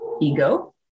ego